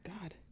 God